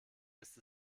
ist